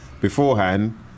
beforehand